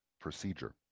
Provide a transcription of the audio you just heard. procedure